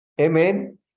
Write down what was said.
Amen